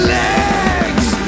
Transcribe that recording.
legs